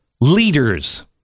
leaders